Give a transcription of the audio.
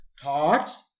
thoughts